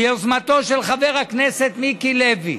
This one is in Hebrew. ביוזמתו של חבר הכנסת מיקי לוי,